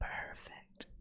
Perfect